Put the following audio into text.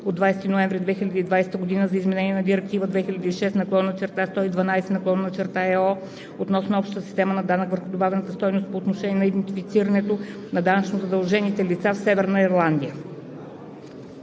от 20 ноември 2020 г. за изменение на Директива 2006/112/ЕО относно общата система на данъка върху добавената стойност по отношение на идентифицирането на данъчно задължените лица в Северна Ирландия